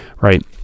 right